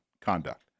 conduct